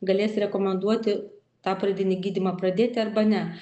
galės rekomenduoti tą pradinį gydymą pradėti arba ne